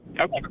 Okay